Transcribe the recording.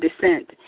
descent